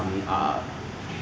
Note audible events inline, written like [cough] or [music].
[breath] flavours